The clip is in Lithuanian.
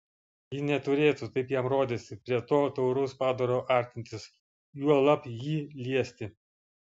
ji neturėtų taip jam rodėsi prie to tauraus padaro artintis juolab jį liesti